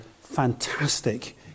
fantastic